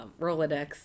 Rolodex